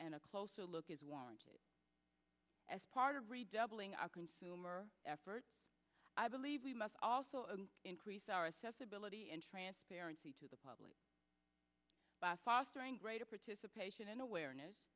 and a closer look is warranted as part of redoubling our consumer efforts i believe we must also increase our assess ability and transparency to the public by fostering greater participation and awareness